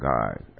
God